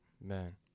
man